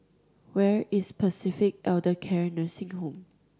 where is Pacific Elder Care Nursing Home